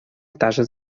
starzy